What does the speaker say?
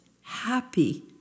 happy